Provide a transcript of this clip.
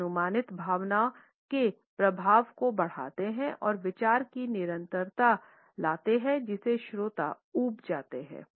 वे अनुमानित भावना के प्रभाव को बढ़ाते हैं और विचार की निरंतरता लाते हैं जिससे श्रोता ऊब जाते हैं